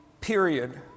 period